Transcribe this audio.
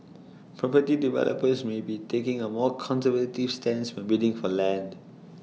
property developers may be taking A more conservative stance when bidding for land